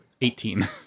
Eighteen